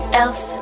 else